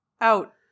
out